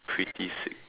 pretty sick